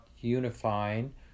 unifying